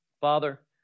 Father